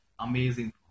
Amazing